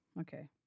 Okay